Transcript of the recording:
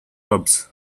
pubs